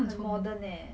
很 modern leh